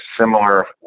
similar